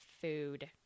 food